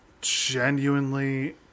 genuinely